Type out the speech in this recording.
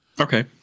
okay